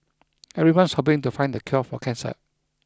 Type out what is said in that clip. everyone's hoping to find the cure for cancer